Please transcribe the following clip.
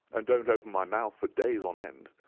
and don't open my mouth for days on end.